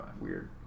Weird